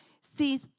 See